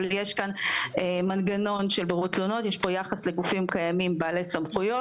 אבל יש פה יחס לגופים קיימים בעלי סמכויות.